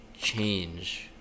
change